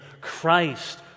Christ